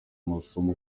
masomo